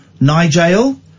Nigel